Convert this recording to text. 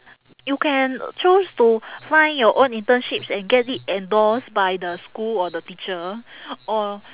you can chose to find your own internships and get it endorsed by the school or the teacher or